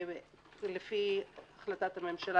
כי לפי החלטת הממשלה,